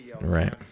Right